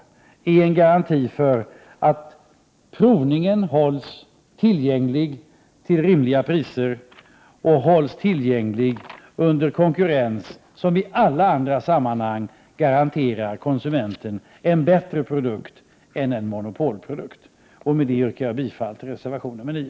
Det är också en garanti för att provningen hålls tillgänglig till rimliga priser och hålls tillgänglig under konkurrens, som i alla andra sammanhang garanterar konsumenten en bättre produkt än en monopolprodukt. Herr talman! Med detta yrkar jag bifall till reservation 9.